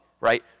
right